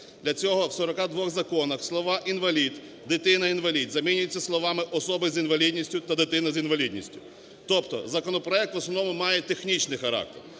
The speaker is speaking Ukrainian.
Для цього в 42 законах слова "інвалід" "дитина-інвалід" замінюються словами "особи з інвалідністю" та "дитина з інвалідністю", тобто законопроект в основному має технічний характер.